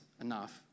enough